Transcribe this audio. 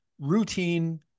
routine